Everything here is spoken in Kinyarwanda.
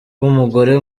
rw’umugore